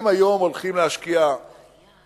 אם היום הולכים להשקיע לפחות